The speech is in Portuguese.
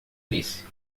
disse